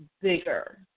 bigger